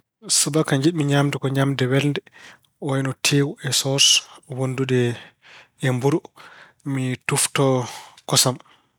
Subaka jiɗmi ko ñaamde ñaamde welnde ko wayino tewu e soos wonndude e mburu. Mi tuftoo kosam.